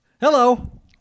Hello